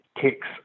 Kicks